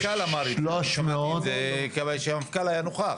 זה, כיוון שהוא היה נוכח.